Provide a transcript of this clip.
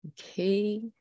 Okay